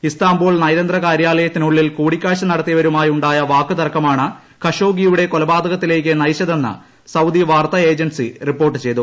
Istanbul നയതന്ത്രകാര്യാലയത്തിനുള്ളിൽ കൂടിക്കാഴ്ച നടത്തിയവരുമായി ഉണ്ടായ വാക്കുതർക്കമാണ് ഖഷോഗിയുടെ കൊലപാതകത്തിലേക്ക് നയിച്ചതെന്ന് സൌദി വാർത്താ ഏജൻസി റിപ്പോർട്ട് ചെയ്തു